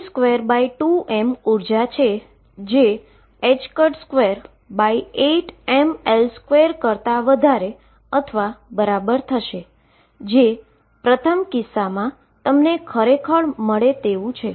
તેથી p22m ઉર્જા છે તે 28mL2 કરતા વધારે અથવા બરાબર થશે જે પ્રથમ કિસ્સામા તમને ખરેખર મળે તેવું છે